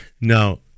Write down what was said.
Now